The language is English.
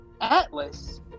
Atlas